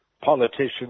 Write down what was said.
politicians